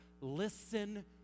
listen